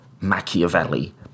Machiavelli